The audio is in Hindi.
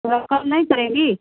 थोड़ा कम नहीं करेंगी